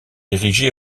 érigée